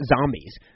zombies